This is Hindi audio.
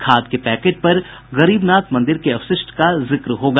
खाद के पैकेट पर गरीबनाथ मंदिर के अवशिष्ट का जिक्र होगा